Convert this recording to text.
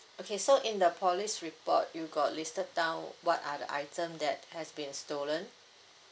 okay so in the police report you got listed down what are the item that has been stolen